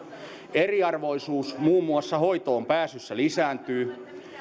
eriarvoisuus muun muassa hoitoonpääsyssä lisääntyy